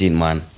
man